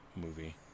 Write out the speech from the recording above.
movie